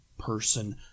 person